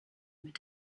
mit